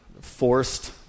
forced